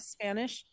Spanish